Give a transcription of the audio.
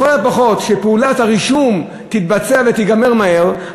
לכל הפחות שפעולת הרישום תתבצע ותיגמר מהר,